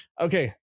Okay